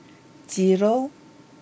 zero